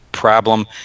problem